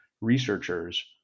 researchers